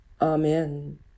Amen